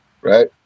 right